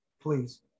please